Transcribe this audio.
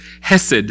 hesed